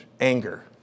anger